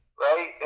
Right